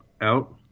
out